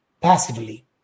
passively